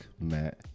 matt